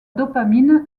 dopamine